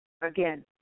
again